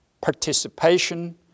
participation